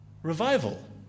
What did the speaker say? Revival